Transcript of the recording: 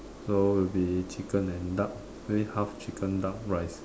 so will be chicken and duck maybe half chicken duck rice